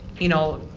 you know,